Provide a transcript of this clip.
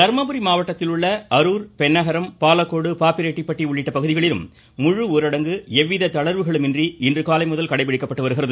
தர்மபுரி மாவட்டத்திலுள்ள அருர் பெண்ணாகரம் பாலக்கோடு பாப்பிரெட்டிபட்டி உள்ளிட்ட பகுதிகளிலும் முழு ஊரடங்கு எவ்வித தளர்வுமின்றி இன்றுகாலை முதல் கடைபிடிக்கப்பட்டு வருகிறது